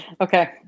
okay